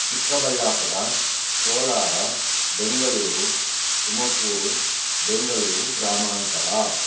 ಚಿಕ್ಕಬಳ್ಳಾಪುರ ಕೋಲಾರ ಬೆಂಗಳೂರು ತುಮಕೂರು ಬೆಂಗಳೂರು ಗ್ರಾಮಾಂತರ